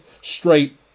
straight